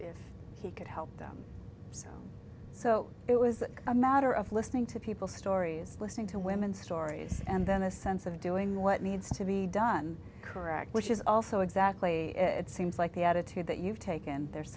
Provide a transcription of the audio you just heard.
if he could help them so so it was a matter of listening to people stories listening to women's stories and then a sense of doing what needs to be done correct which is also exactly it seems like the attitude that you've taken there's